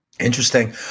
interesting